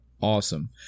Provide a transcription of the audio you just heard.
awesome